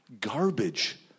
garbage